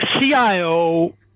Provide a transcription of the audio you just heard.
CIO